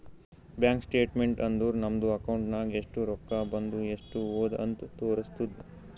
bank statement ಅಂದುರ್ ನಮ್ದು account ನಾಗ್ ಎಸ್ಟ್ ರೊಕ್ಕಾ ಬಂದು ಎಸ್ಟ್ ಹೋದು ಅಂತ್ ತೋರುಸ್ತುದ್